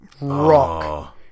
rock